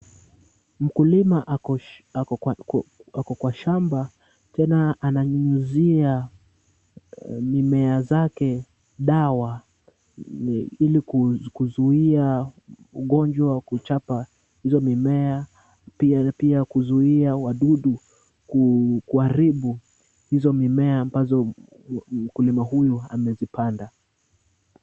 Mkulima ako kwa shamba tena ananyunyizia mimea zake dawa, ili kuzuia ugonjwa wa kuchapa hizo mimea. Pia kuzuia wadudu kuharibu hizo mimea ambazo mkulima huyu amezipanda.